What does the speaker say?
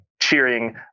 Cheering